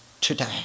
today